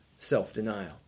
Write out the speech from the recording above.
Self-denial